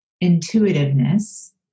intuitiveness